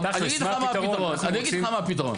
אני אגיד לך מה הפתרון.